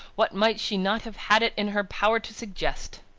what might she not have had it in her power to suggest!